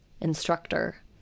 instructor